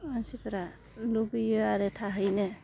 मानसिफोरा लुगैयो आरो थाहैनो